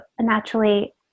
naturally